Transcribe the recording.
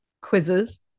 quizzes